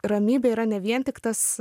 ramybė yra ne vien tik tas